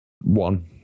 one